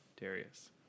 Darius